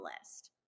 list